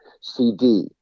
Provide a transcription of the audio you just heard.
CD